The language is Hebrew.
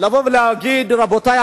לבוא ולהגיד: רבותי,